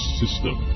system